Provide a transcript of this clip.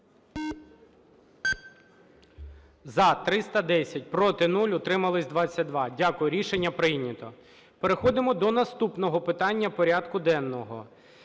За-310 Проти – 0, утрималися – 22. Дякую. Рішення прийнято. Переходимо до наступного питання порядку денного.